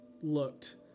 looked